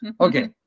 okay